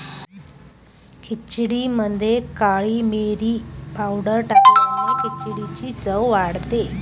खिचडीमध्ये काळी मिरी पावडर टाकल्याने खिचडीची चव वाढते